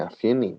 מאפיינים